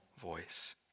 voice